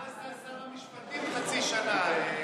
מה עשה שר המשפטים חצי שנה?